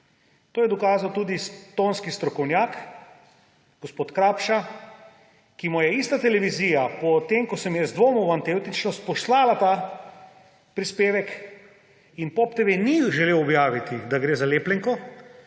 To je dokazal tudi tonski strokovnjak gospod Krapša, ki mu je ista televizija, potem ko sem jaz dvomil v avtentičnost, poslala ta prispevek, in POP TV ni želel objaviti, da gre za lepljenko,